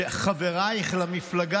שחברייך למפלגה,